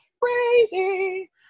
crazy